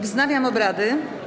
Wznawiam obrady.